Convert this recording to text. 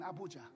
Abuja